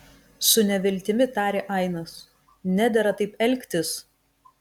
su neviltimi tarė ainas nedera taip elgtis